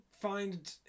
find